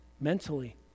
mentally